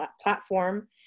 platform